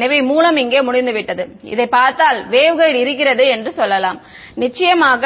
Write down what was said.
எனவே மூலம் இங்கே முடிந்துவிட்டது இதைப் பார்த்தால் வேவ்கைடு இருக்கிறது என்று சொல்லலாம் நிச்சயமாக